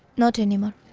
not anymore.